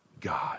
God